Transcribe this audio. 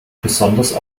besonders